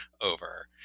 over